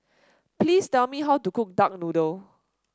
please tell me how to cook Duck Noodle